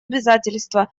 обязательство